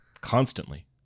constantly